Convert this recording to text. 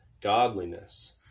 godliness